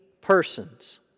persons